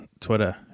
Twitter